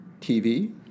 TV